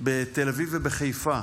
בתל אביב ובחיפה,